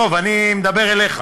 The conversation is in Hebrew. דב, אני מדבר אליך.